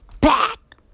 back